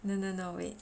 no no no wait